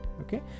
okay